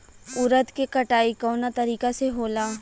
उरद के कटाई कवना तरीका से होला?